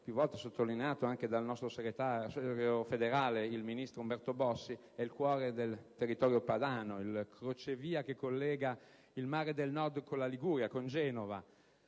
più volte sottolineato il nostro segretario federale, il ministro Umberto Bossi, è il cuore del territorio padano, il crocevia che collega il Mare del Nord con la Liguria, con Genova.